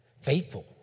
Faithful